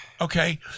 Okay